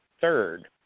third